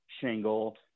shingle